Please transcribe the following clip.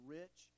rich